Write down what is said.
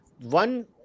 One